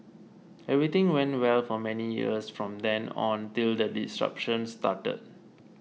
everything went well for many years from then on till the disruptions started